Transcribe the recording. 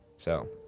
so.